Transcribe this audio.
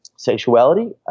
sexuality